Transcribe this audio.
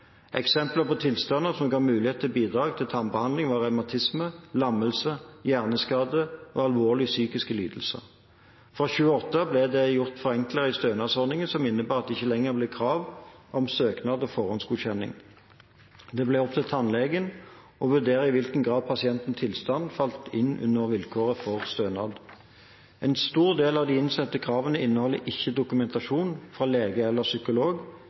Eksempler på tilstander som ga mulighet til bidrag til tannbehandling, var revmatisme, lammelse, hjerneskade og alvorlige psykiske lidelser. Fra 2008 ble det gjort forenklinger i stønadsordningen som innebar at det ikke lenger ble krav om søknad og forhåndsgodkjenning. Det ble opp til tannlegen å vurdere i hvilken grad pasientens tilstand falt inn under vilkårene for stønad. En stor andel av de innsendte kravene inneholder ikke dokumentasjon fra lege eller psykolog,